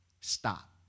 stop